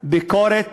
ביקורת